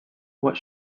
what